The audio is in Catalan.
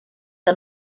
que